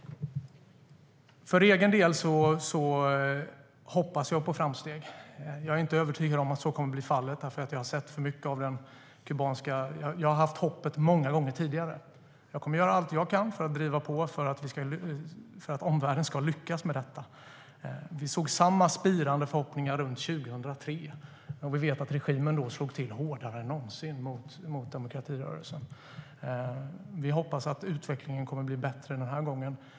För egen del hoppas jag på framsteg. Men jag är inte övertygad om att så kommer att bli fallet - jag har haft hopp många gånger tidigare. Jag kommer att göra allt jag kan för att driva på för att omvärlden ska lyckas med detta. Vi såg samma spirande förhoppningar runt 2003. Vi vet att regimen då slog till hårdare än någonsin mot demokratirörelsen. Vi hoppas att utvecklingen kommer att bli bättre den här gången.